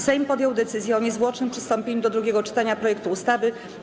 Sejm podjął decyzję o niezwłocznym przystąpieniu do drugiego czytania projektu ustawy.